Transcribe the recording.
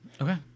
Okay